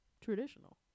traditional